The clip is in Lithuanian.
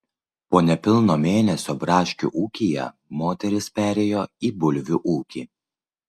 po nepilno mėnesio braškių ūkyje moteris perėjo į bulvių ūkį